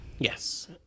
yes